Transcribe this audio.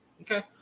Okay